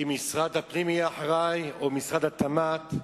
אם משרד הפנים יהיה אחראי או משרד התמ"ת.